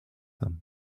them